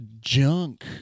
junk